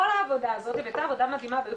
כל העבודה הזאת והייתה עבודה מדהימה והיו